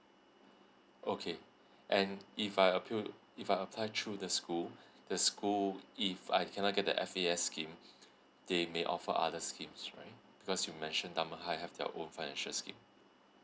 okay and if I appeal if apply through the school the school if I cannot get the F_A_S scheme they may offer other schemes right because you mentioned dunman high have their own financial scheme